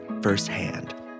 firsthand